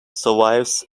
survives